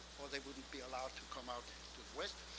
or they wouldn't be allowed to come out to the west.